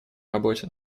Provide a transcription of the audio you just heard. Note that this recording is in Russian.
работе